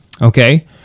Okay